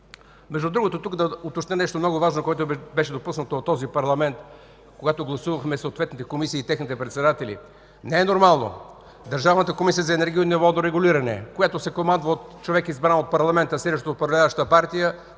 Между другото тук да уточня нещо много важно, което беше допуснато от този парламент, когато гласувахме съответните комисии и техните председатели. Не е нормално Държавната комисия за енергийно и водно регулиране, която се командва от човек, избран от парламента, сиреч от управляващата партия,